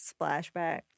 splashback